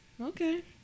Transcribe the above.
Okay